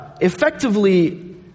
effectively